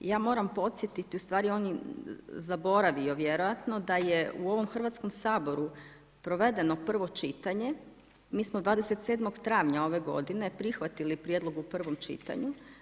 I ja moram podsjetiti, ustvari, on je zaboravio vjerojatno da je u ovom Hrvatskom saboru provedeno prvo čitanje, mi smo 27. travnja ove g. prihvatili prijedlog u provom čitanju.